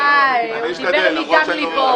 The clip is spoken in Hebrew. אה, הוא דיבר מדם ליבו.